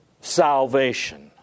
salvation